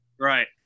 Right